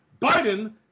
Biden